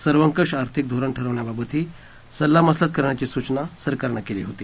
सर्वंकष आर्थिक धोरण ठरवण्याबाबतही सल्ला मसलत करण्याची सूचना सरकारनं केली होती